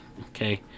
okay